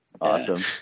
Awesome